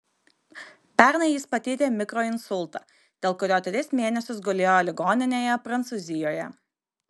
pernai jis patyrė mikroinsultą dėl kurio tris mėnesius gulėjo ligoninėje prancūzijoje